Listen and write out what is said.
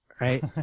Right